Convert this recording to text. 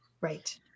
Right